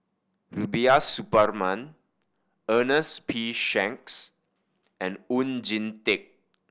Rubiah Suparman Ernest P Shanks and Oon Jin Teik